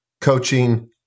coaching